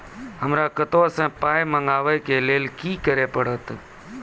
हमरा कतौ सअ पाय मंगावै कऽ लेल की करे पड़त?